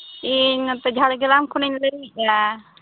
ᱤᱧ ᱱᱟᱛᱮ ᱡᱷᱟᱲᱜᱨᱟᱢ ᱠᱷᱚᱱᱤᱧ ᱞᱟᱹᱭᱮᱫᱟ